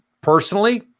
personally